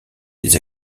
des